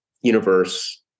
universe